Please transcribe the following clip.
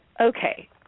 okay